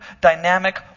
dynamic